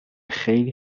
خیلی